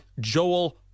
Joel